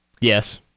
Yes